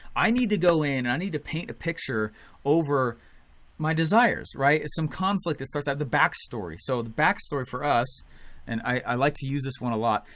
i need to go in and i need to paint a picture over my desires, right? and some conflict, the sort of the backstory. so the backstory for us and i like to use this one a lot,